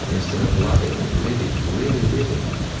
instead of loving, living, really living,